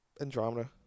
Andromeda